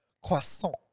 Croissant